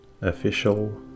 Official